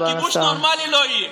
אבל כיבוש נורמלי לא יהיה.